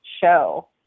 show